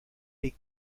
big